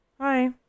Hi